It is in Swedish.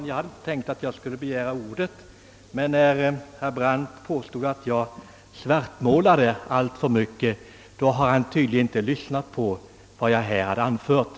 Herr talman! Jag hade inte tänkt begära ordet, men när herr Brandt påstod att jag svartmålade alltför mycket, vill jag säga att han tydligen inte lyssnade på vad jag här anförde.